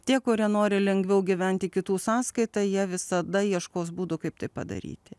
tie kurie nori lengviau gyventi kitų sąskaita jie visada ieškos būdų kaip tai padaryti